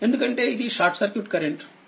ఎందుకంటే ఇది short circuit కరెంట్iNiSC 2